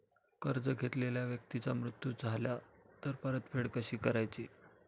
कर्ज घेतलेल्या व्यक्तीचा मृत्यू झाला तर परतफेड कशी करायची?